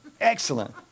Excellent